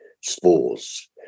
spores